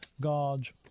God's